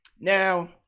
Now